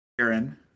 Aaron